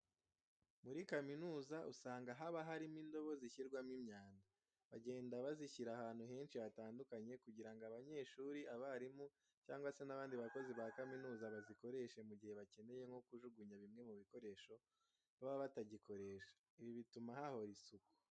Muri kaminuza usanga haba harimo indobo zishyirwamo imyanda. Bagenda bazishyira ahantu henshi hatandukanye kugira ngo abanyeshuri, abarimu cyangwa se n'abandi bakozi ba kaminuza bazikoreshe mu gihe bakeneye nko kujugunya bimwe mu bikoresho baba batagikoresha. Ibi bituma hahora isuku.